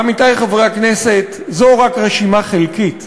עמיתי חברי הכנסת, זו רק רשימה חלקית.